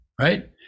Right